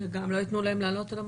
וגם לא ייתנו להם לעלות על המטוס.